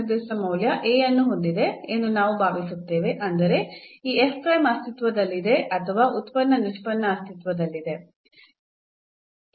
ನಿರ್ದಿಷ್ಟ ಮೌಲ್ಯ A ಅನ್ನು ಹೊಂದಿದೆ ಎಂದು ನಾವು ಭಾವಿಸುತ್ತೇವೆ ಅಂದರೆ ಈ ಅಸ್ತಿತ್ವದಲ್ಲಿದೆ ಅಥವಾ ಉತ್ಪನ್ನ ನಿಷ್ಪನ್ನ ಅಸ್ತಿತ್ವದಲ್ಲಿದೆ